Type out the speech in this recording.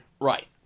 Right